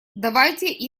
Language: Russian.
давайте